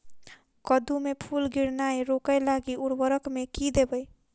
कद्दू मे फूल गिरनाय रोकय लागि उर्वरक मे की देबै?